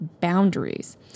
boundaries